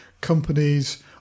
companies